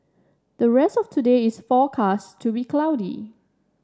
the rest of today is forecast to be cloudy